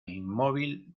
inmóvil